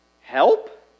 help